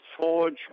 forge